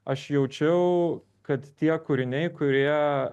aš jaučiau kad tie kūriniai kurie